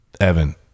Evan